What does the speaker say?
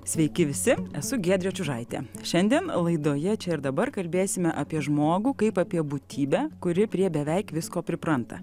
sveiki visi esu giedrė čiužaitė šiandien laidoje čia ir dabar kalbėsime apie žmogų kaip apie būtybę kuri prie beveik visko pripranta